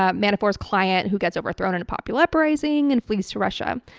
ah manafort's client, who gets overthrown in a popular uprising, and flees to russia.